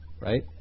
right